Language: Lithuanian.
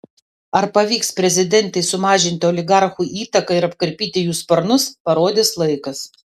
ar pavyks prezidentei sumažinti oligarchų įtaką ir apkarpyti jų sparnus parodys laikas